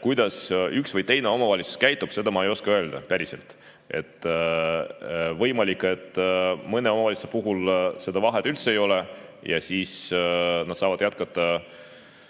Kuidas üks või teine omavalitsus käitub, seda ma ei oska öelda, päriselt. Võimalik, et mõne omavalitsuse puhul seda vahet üldse ei ole ja siis nad saavad jätkata